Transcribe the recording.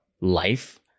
life